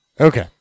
Okay